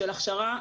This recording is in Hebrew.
של הכשרה,